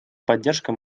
поддержка